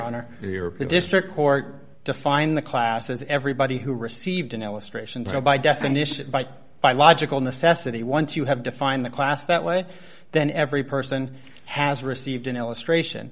the district court to find the classes everybody who received an illustration so by definition by by logical necessity once you have defined the class that way then every person has received an illustration